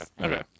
okay